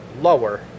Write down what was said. lower